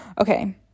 okay